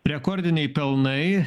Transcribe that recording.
rekordiniai pelnai